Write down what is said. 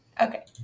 Okay